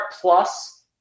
Plus